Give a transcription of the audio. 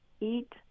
eat